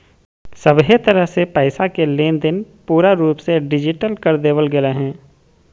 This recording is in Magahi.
सभहे तरह से पैसा के लेनदेन पूरा रूप से डिजिटल कर देवल गेलय हें